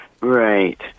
Right